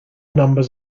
numbers